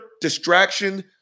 distraction